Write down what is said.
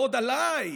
ועוד עליי,